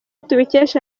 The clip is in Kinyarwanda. tubikesha